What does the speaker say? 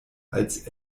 als